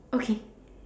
okay